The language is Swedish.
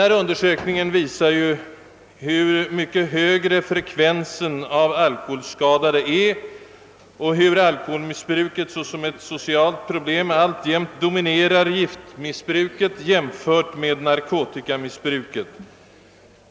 Denna undersökning visar hur mycket högre frekvensen av alkoholskadade är och hur alkoholmissbruket som ett socialt problem alltjämt dominerar giftmissbruket jämfört med narkotikamissbruket.